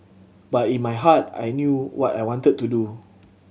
but in my heart I knew what I wanted to do